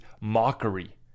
mockery